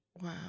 Wow